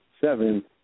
seven